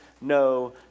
no